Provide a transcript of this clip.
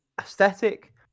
aesthetic